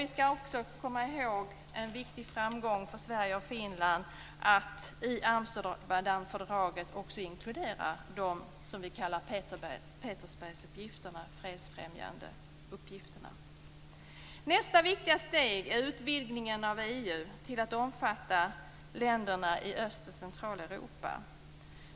Vi skall också komma ihåg att en framgång för Sverige och Finland är att man i Amsterdamfördraget också inkluderat de s.k. Petersbergsuppgifterna, de fredsfrämjande uppgifterna. Nästa viktiga steg är utvidgningen av EU till att omfatta länder i Öst och Centraleuropa.